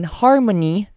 harmony